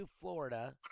Florida